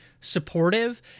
supportive